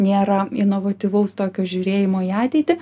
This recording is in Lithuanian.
nėra inovatyvaus tokio žiūrėjimo į ateitį